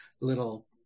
little